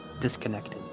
disconnected